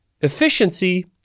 efficiency